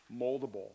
moldable